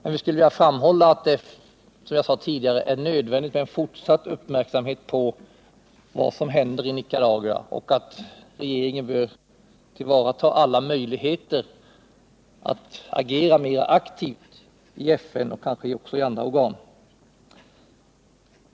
Men vi skulle vilja framhålla att det är nödvändigt med fortsatt uppmärksamhet på vad som händer i Nicaragua. Regeringen bör tillvarata alla möjligheter att agera mera aktivt i FN och kanske också i andra organ.